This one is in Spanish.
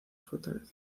fortaleza